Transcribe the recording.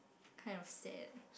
kind of sad